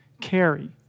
carry